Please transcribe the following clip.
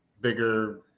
bigger